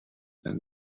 and